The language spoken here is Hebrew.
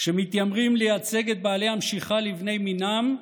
שמתיימרים לייצג את בעלי המשיכה לבני מינם,